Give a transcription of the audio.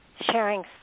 sharing